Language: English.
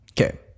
Okay